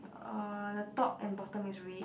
uh the top and bottom is red